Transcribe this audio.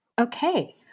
Okay